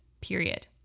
period